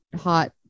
hot